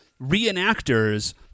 reenactors